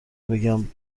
بگم